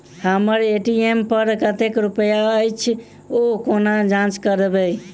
हम्मर ए.टी.एम पर कतेक रुपया अछि, ओ कोना जाँच करबै?